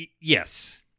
yes